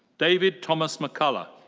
david thomas mcculloch.